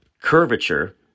curvature